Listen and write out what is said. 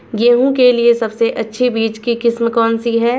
गेहूँ के लिए सबसे अच्छी बीज की किस्म कौनसी है?